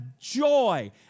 joy